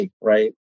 right